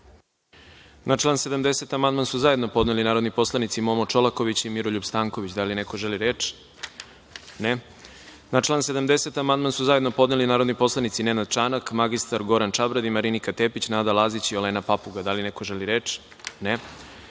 Na član 70. amandman su zajedno podneli narodni poslanici Momo Čolaković i Miroljub Stanković. Da li neko želi reč? (Ne.)Na član 70. amandman su zajedno podneli narodni poslanici Nenad Čanak, mr Goran Čabradi i Marinika Tepić, Nada Lazić i Elena Papuga. Da li neko želi reč?